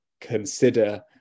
consider